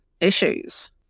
issues